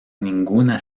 ninguna